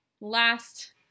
last